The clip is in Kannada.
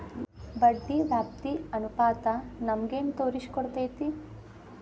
ಬಡ್ಡಿ ವ್ಯಾಪ್ತಿ ಅನುಪಾತ ನಮಗೇನ್ ತೊರಸ್ಕೊಡ್ತೇತಿ?